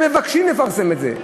הם מבקשים לפרסם את זה.